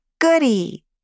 Goody